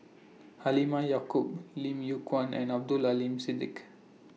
Halimah Yacob Lim Yew Kuan and Abdul Aleem Siddique